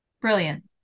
Brilliant